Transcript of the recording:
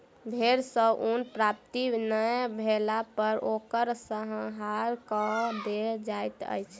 भेड़ सॅ ऊन प्राप्ति नै भेला पर ओकर संहार कअ देल जाइत अछि